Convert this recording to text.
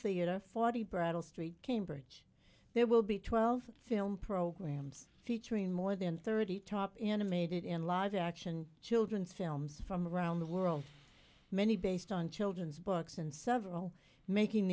theatre forty brattle street cambridge there will be twelve film programmes featuring more than thirty top animated in live action children's films from around the world many based on children's books and several making